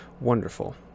wonderful